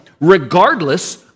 regardless